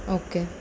okay